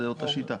זאת אותה שיטה.